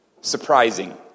surprising